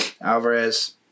Alvarez